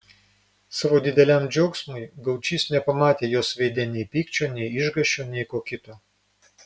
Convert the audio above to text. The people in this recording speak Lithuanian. savo dideliam džiaugsmui gaučys nepamatė jos veide nei pykčio nei išgąsčio nei ko kito